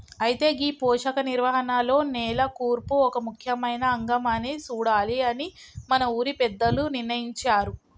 అయితే గీ పోషక నిర్వహణలో నేల కూర్పు ఒక ముఖ్యమైన అంగం అని సూడాలి అని మన ఊరి పెద్దలు నిర్ణయించారు